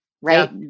Right